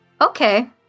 Okay